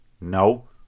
No